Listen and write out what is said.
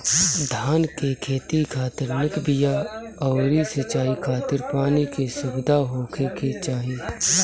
धान के खेती खातिर निक बिया अउरी सिंचाई खातिर पानी के सुविधा होखे के चाही